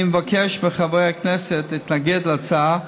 אני מבקש מחברי הכנסת להתנגד להצעה,